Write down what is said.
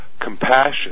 compassion